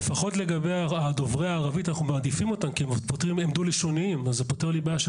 הם חושבים שזה פרסומות.